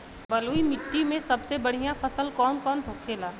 बलुई मिट्टी में सबसे बढ़ियां फसल कौन कौन होखेला?